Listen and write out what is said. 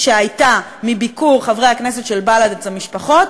שהייתה מביקור חברי הכנסת של בל"ד אצל המשפחות,